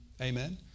Amen